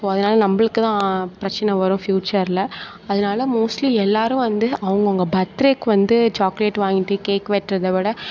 so அதனால் நம்மளுக்கு தான் பிரச்சனை வரும் ஃபியூச்சரில் அதனால் மோஸ்ட்லி எல்லோரும் வந்து அவங்கவங்க பர்த்டேவுக்கு வந்து சாக்லேட் வாங்கிட்டு கேக் வெட்டுறதை விட